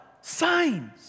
signs